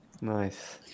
Nice